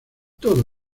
todo